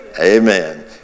Amen